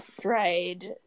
dried